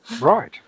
right